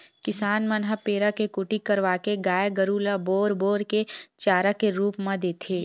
किसान मन ह पेरा के कुटी करवाके गाय गरु ल बोर बोर के चारा के रुप म देथे